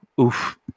Oof